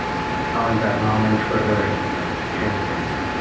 అవును సార్ మా మంచి కొరకు పెడుతున్నారు క్షమించండి సార్